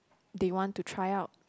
they want to try out